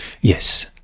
Yes